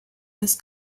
this